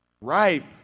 ripe